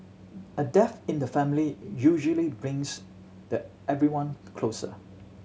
a death in the family usually brings the everyone closer